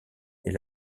est